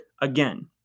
again